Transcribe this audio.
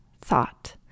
thought